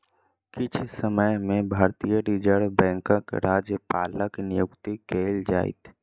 किछ समय में भारतीय रिज़र्व बैंकक राज्यपालक नियुक्ति कएल जाइत